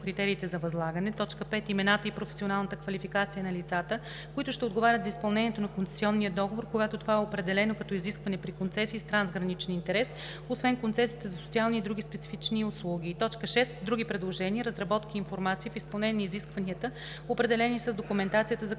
критериите за възлагане; 5. имената и професионалната квалификация на лицата, които ще отговарят за изпълнението на концесионния договор, когато това е определено като изискване при концесии с трансграничен интерес, освен концесиите за социални и други специфични услуги; 6. други предложения, разработки и информация в изпълнение на изискванията, определени с документацията за